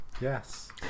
yes